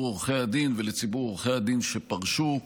עורכי הדין ולציבור עורכי הדין שפרשו.